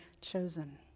chosen